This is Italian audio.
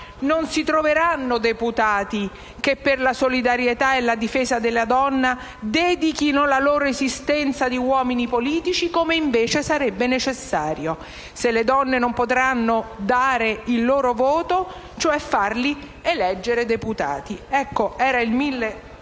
non si troveranno deputati che per la solidarietà e la difesa della donna dedichino la loro esistenza di uomini politici - come sarebbe necessario - se le donne non potranno dare il loro voto, cioè farli eleggere deputati». Ecco, era il 1905